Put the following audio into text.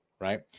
right